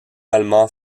allemand